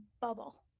bubble